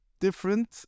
different